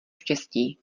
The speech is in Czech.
štěstí